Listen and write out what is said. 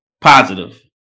positive